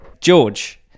George